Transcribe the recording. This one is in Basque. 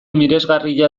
miresgarria